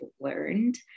learned